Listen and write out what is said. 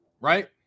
right